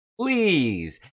please